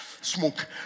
smoke